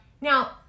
Now